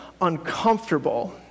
uncomfortable